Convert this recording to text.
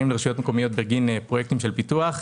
לרשויות מקומיות בגין פרויקטים של פיתוח.